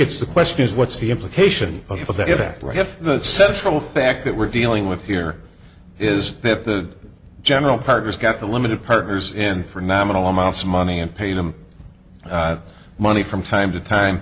it's the question is what's the implication of that act right if the central fact that we're dealing with here is that the general partners got the limited partners in for nominal amounts of money and pay them money from time to time